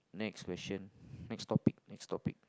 next question next topic next topic